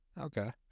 Okay